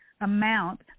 amount